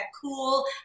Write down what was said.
cool